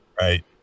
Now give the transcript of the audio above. Right